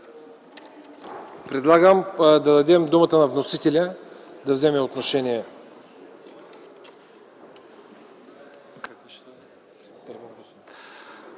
Предлагам да дадем думата на вносителя да вземе отношение.